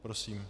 Prosím.